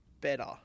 better